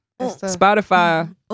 Spotify